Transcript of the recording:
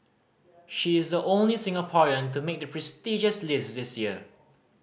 she is the only Singaporean to make the prestigious list this year